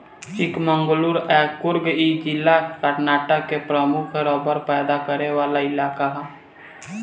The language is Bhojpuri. चिकमंगलूर आ कुर्ग इ जिला कर्नाटक के प्रमुख रबड़ पैदा करे वाला इलाका ह